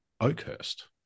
Oakhurst